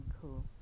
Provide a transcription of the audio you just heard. cool